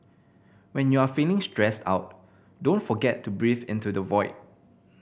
when you are feeling stressed out don't forget to breathe into the void